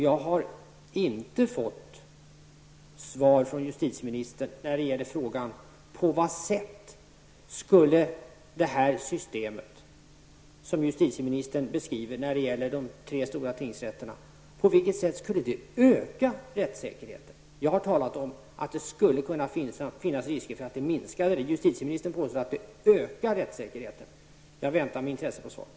Jag har inte fått svar från justitieministern på frågan om på vilket sätt det här systemet, som justitieministern beskriver när det gäller de tre stora tingsrätterna, skulle öka rättssäkerheten. Jag har talat om att det skulle kunna finnas risker för att det minskar rättssäkerheten. Justitieministern påstår att det ökar rättssäkerheten. Jag väntar med intresse på svaret.